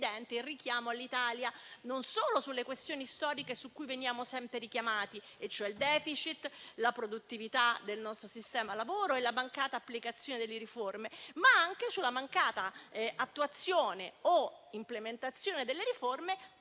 il richiamo all'Italia non solo sulle questioni storiche su cui veniamo sempre richiamati (il *deficit*, la produttività del nostro sistema lavoro e la mancata applicazione delle riforme), ma anche sulla mancata attuazione o implementazione delle riforme